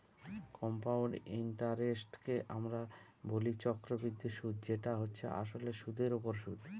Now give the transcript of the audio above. compound ইন্টারেস্টকে আমরা বলি চক্রবৃদ্ধি সুদ যেটা হচ্ছে আসলে সুধের ওপর সুদ